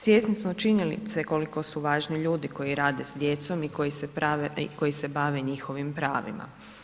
Svjesni smo činjenice koliko su važni ljudi koji rade s djecom i koji se bave njihovim pravima.